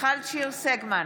מיכל שיר סגמן,